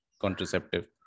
contraceptive